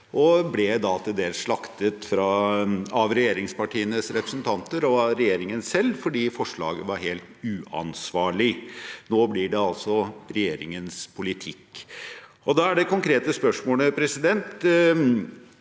da ble til dels slaktet av regjeringspartienes representanter og regjeringen selv fordi forslaget var helt uansvarlig. Nå blir dette altså regjeringens politikk. Det konkrete spørsmålet er da: